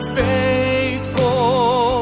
faithful